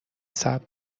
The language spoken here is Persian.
صبر